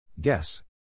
Guess